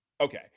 Okay